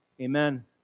Amen